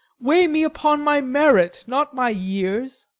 weigh me upon my merit, not my years.